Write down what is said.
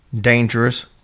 dangerous